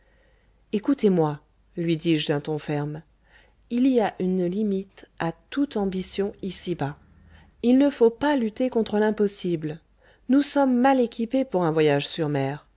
ecoutez-moi lui dis-je d'un ton ferme il y a une limite à toute ambition ici-bas il ne faut pas lutter contre l'impossible nous sommes mal équipés pour un voyage sur mer